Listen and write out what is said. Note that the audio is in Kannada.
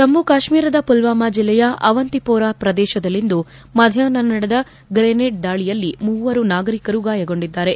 ಜಮ್ಮ ಕಾತ್ಮೀರದ ಮಲ್ವಾಮ ಜಿಲ್ಲೆಯ ಅವಂತಿಪೋರ ಪ್ರದೇಶದಲ್ಲಿಂದು ಮಧ್ಯಾಷ್ನ ನಡೆದ ಗ್ರೆನೇಡ್ ದಾಳಿಯಲ್ಲಿ ಮೂವರು ನಾಗರಿಕರು ಗಾಯಗೊಂಡಿದ್ದಾರೆ